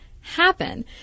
happen